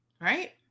right